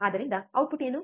ಆದ್ದರಿಂದ ಔಟ್ಪುಟ್ ಏನು